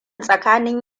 tsakanin